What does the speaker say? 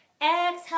Exhale